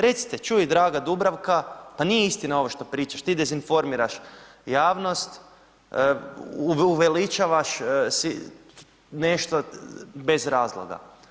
Recite, čuj draga Dubravka, pa nije istina ovo što pričaš, ti dezinformiraš javnost, uveličavaš si, nešto bez razloga.